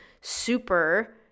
super